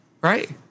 right